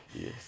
Yes